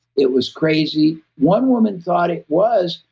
it was crazy. one woman thought it was.